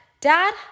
dad